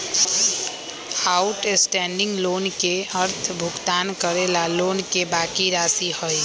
outstanding loan के अर्थ भुगतान करे ला लोन के बाकि राशि हई